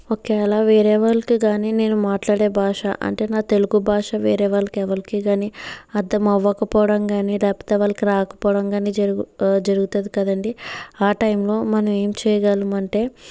ఒకవేళ వేరే వాళ్ళకి కాని నేను మాట్లాడే భాష అంటే నా తెలుగు భాష వేరే వాళ్ళకి ఎవరికి కాని అర్థం అవ్వకపోవడం కాని లేకపోతే వాళ్ళకి రాక పోవడం కాని జరుగు జరుగుతది కదండీ ఆ టైమ్లో మనం ఏం చేయగలమంటే